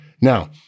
Now